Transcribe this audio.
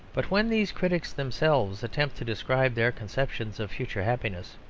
but when these critics themselves attempt to describe their conceptions of future happiness,